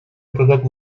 оправдать